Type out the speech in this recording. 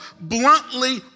bluntly